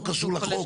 זה לא קשור לחוק,